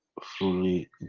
fully